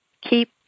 keep